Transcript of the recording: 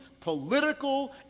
political